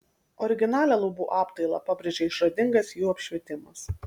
originalią lubų apdailą pabrėžia išradingas jų apšvietimas